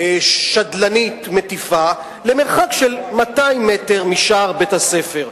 שדלנית מטיפה למרחק של 200 מטר משער בית-הספר.